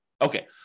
Okay